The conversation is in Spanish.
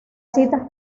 citas